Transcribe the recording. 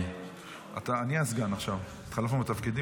אני הסגן עכשיו, התחלפנו בתפקידים.